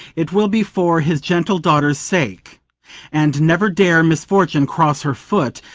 it will be for his gentle daughter's sake and never dare misfortune cross her foot,